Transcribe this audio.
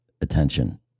attention